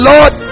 Lord